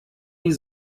die